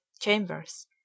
chambers